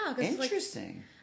interesting